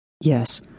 Yes